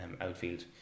outfield